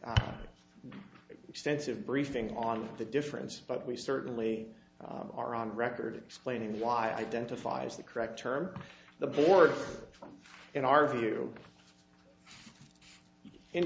not extensive briefing on the difference but we certainly are on record explaining why identifies the correct term the board in our view